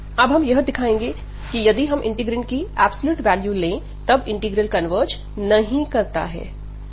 अब हम यह दिखाएंगे यदि हम इंटीग्रैंड की एब्सोल्यूट वैल्यू ले तब इंटीग्रल कन्वर्ज नहीं करता है